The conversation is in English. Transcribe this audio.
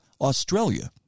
Australia